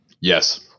Yes